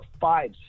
five